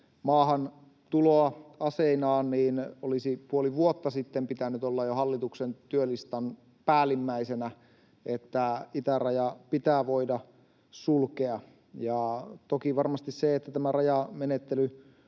maahantuloa aseinaan, jo puoli vuotta sitten olisi pitänyt olla hallituksen työlistan päällimmäisenä, että itäraja pitää voida sulkea. Toki varmasti se, että tämä rajamenettely